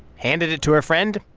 handed it to her friend.